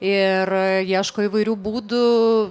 ir ieško įvairių būdų